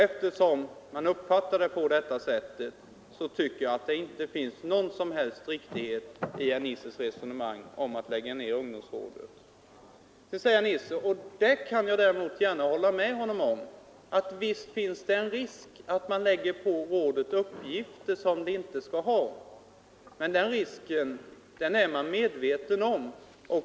Jag tycker därför inte att det finns någon som helst riktighet i herr Nissers resonemang om att lägga ned ungdomsrådet. Så säger herr Nisser, och det kan jag gärna hålla med honom om, att visst finns det risk för att man lägger på rådet uppgifter som det inte skall ha. Men den risken är man medveten om.